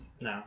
no